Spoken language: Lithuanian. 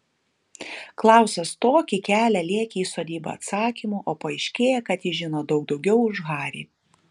klausas tokį kelią lėkė į sodybą atsakymų o paaiškėja kad jis žino daug daugiau už harį